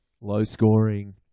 low-scoring